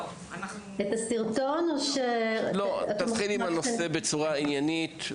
אנחנו נתחיל עם הנושא בצורה עניינית,